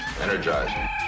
Energize